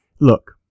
look